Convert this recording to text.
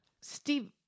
Steve